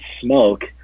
Smoke